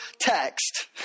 text